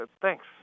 thanks